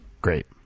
Great